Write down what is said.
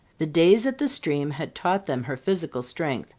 the days at the stream had taught them her physical strength,